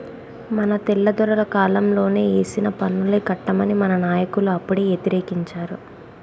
మన తెల్లదొరల కాలంలోనే ఏసిన పన్నుల్ని కట్టమని మన నాయకులు అప్పుడే యతిరేకించారు